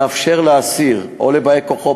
מאפשר לאסיר או לבאי-כוחו,